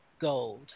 Gold